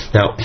Now